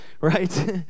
right